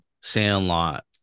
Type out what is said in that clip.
Sandlot